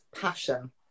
Passion